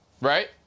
right